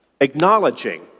acknowledging